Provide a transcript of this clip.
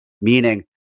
meaning